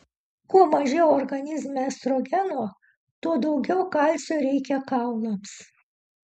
kuo mažiau organizme estrogeno tuo daugiau kalcio reikia kaulams